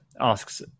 asks